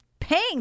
paying